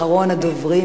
אחרון הדוברים,